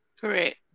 Correct